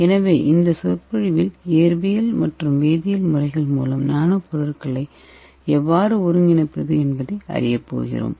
எனவே இந்த சொற்பொழிவில் இயற்பியல் மற்றும் வேதியியல் முறைகள் மூலம் நானோ பொருள்களை எவ்வாறு ஒருங்கிணைப்பது என்பதை அறியப் போகிறோம்